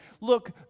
look